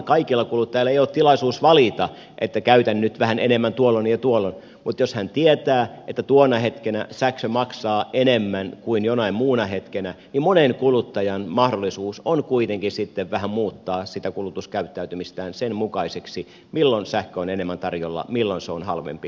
kaikilla kuluttajilla ei ole tilaisuus valita että käytän nyt vähän enemmän tuolloin ja tuolloin mutta jos hän tietää että tuona hetkenä sähkö maksaa enemmän kuin jonain muuna hetkenä niin monen kuluttajan mahdollisuus on kuitenkin vähän muuttaa kulutuskäyttäytymistään sen mukaiseksi milloin sähköä on enemmän tarjolla milloin se on halvempaa